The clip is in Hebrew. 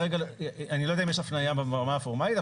אני לא יודע אם יש הפניה ברמה הפורמלית,